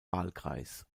wahlkreis